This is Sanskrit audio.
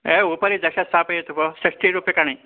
ए उपरि दश स्थापयतु भो षष्टिरूप्यकाणि